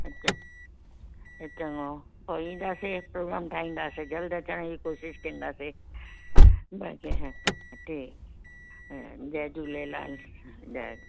अच्छा चङो पोइ ईंदासीं प्रोग्राम ठाहींदासीं जल्द अचण जी कोशिशि कंदसीं बाक़ी हा ठीकु आहे जय झूलेलाल जय